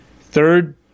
third